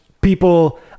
people